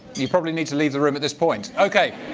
you probably need to leave the room at this point. ok.